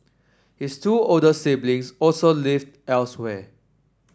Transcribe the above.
his two older siblings also live elsewhere